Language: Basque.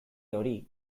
hori